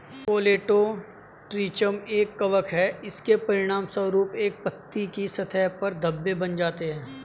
Colletotrichum एक कवक है, इसके परिणामस्वरूप पत्ती की सतह पर धब्बे बन जाते हैं